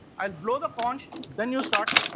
and blow the conch then you start